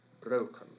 broken